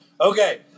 Okay